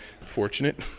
fortunate